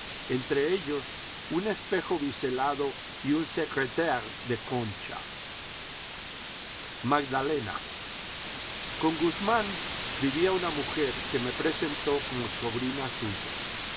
entre ellos un espejo biselado y un secrétaire de concha magdalena con guzmán vivía una mujer que me presentó como sobrina suya